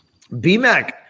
BMAC